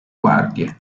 guardie